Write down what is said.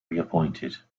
reappointed